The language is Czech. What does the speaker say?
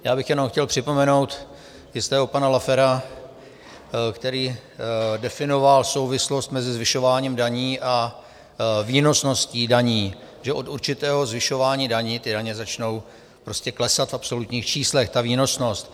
Já bych jenom chtěl připomenout jistého pana Laffera, který definoval souvislost mezi zvyšováním daní a výnosností daní, že od určitého zvyšování daní ty daně začnou prostě klesat v absolutních číslech, ta výnosnost.